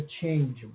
change